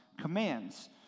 commands